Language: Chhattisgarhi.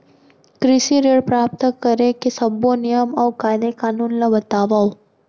कृषि ऋण प्राप्त करेके सब्बो नियम अऊ कायदे कानून ला बतावव?